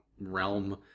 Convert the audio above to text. realm